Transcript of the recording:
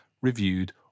reviewed